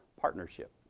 partnership